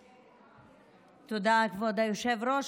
תודה, כבוד היושב-ראש.